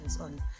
on